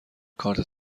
کارت